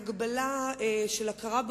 לעת זיקנה,